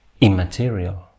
immaterial